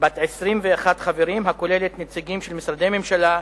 בת 21 חברים, הכוללת נציגים של משרדי ממשלה,